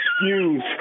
excuse